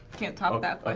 can't top that